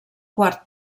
quart